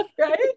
Right